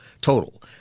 total